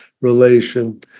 relation